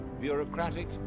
bureaucratic